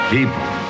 people